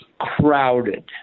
crowded